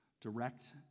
direct